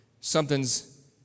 something's